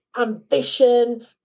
ambition